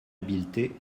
habileté